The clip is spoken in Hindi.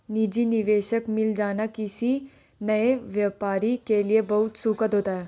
निजी निवेशक मिल जाना किसी नए व्यापारी के लिए बहुत सुखद होता है